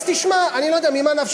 אז תשמע, אני לא יודע ממה נפשך